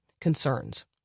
concerns